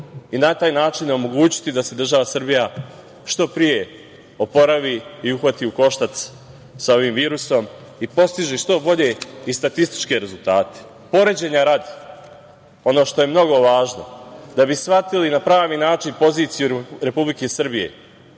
i na taj način omogućiti da se država Srbija što pre oporavi i uhvati u koštac sa ovim virusom i postiže što bolje i statističke rezultate. Poređenja radi, ono što je mnogo važno, da bi shvatili na pravi način poziciju Republike Srbije,